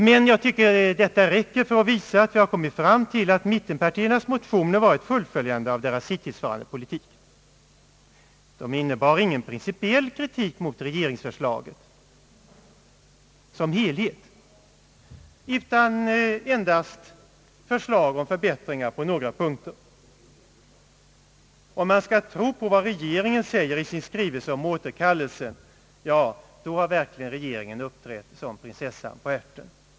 Men jag tycker att detta räcker för att visa, att mittenpartiernas motioner varit ett fullföljande av deras hittillsvarande politik. Motionerna innebar ingen principiell kritik mot regeringsförslaget som helhet, utan endast förslag om förbättringar på några punkter: Om man skall tro på vad regeringen säger i sin skrivelse om återkallelsen, då har verkligen regeringen uppträtt som prinsessan på ärten.